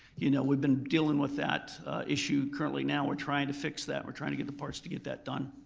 you know we've been dealing with that issue currently now. we're trying to fix that, we're trying to get the parts to get that done.